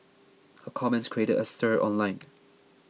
her comments created a stir online